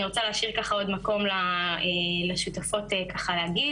אני רוצה להשאיר עוד מקום לשותפות ככה להגיד